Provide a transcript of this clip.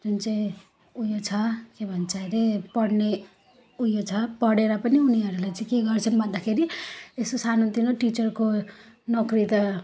जुन चाहिँ ऊ यो छ के भन्छ अरे पढ्ने ऊ यो छ पढेर पनि उनीहरूले चाहिँ के गर्छन् भन्दाखेरि यसो सानोतिनो टिचरको नोकरी त